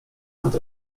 nad